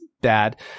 bad